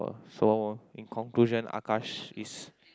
so in conclusion Akash is